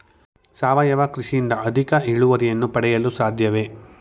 ಸಾವಯವ ಕೃಷಿಯಿಂದ ಅಧಿಕ ಇಳುವರಿಯನ್ನು ಪಡೆಯಲು ಸಾಧ್ಯವೇ?